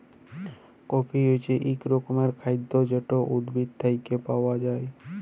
coffee হছে ইক রকমের খাইদ্য যেট উদ্ভিদ থ্যাইকে পাউয়া যায়